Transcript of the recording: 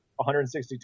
162